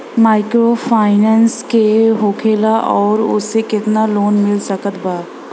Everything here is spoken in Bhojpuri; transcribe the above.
माइक्रोफाइनन्स का होखेला और ओसे केतना लोन मिल सकत बा?